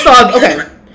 Okay